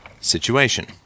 situation